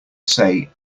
say